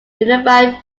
unified